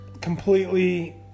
completely